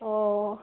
অঁ